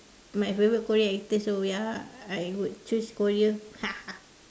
my favourite Korean actors so ya I would choose Korea ha ha